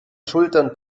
schultern